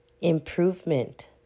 improvement